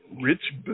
Rich